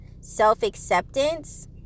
self-acceptance